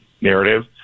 narrative